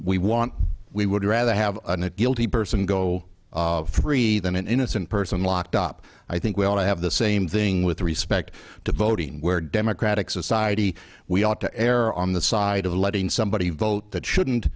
we want we would rather have an it guilty person go free than an innocent person locked up i think we ought to have the same thing with respect to voting where democratic society we ought to err on the side of letting somebody vote that shouldn't